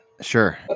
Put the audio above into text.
sure